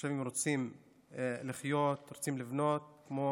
התושבים רוצים לחיות, רוצים לבנות, כמו